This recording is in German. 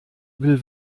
will